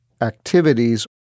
activities